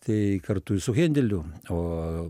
tai kartu ir su hendeliu o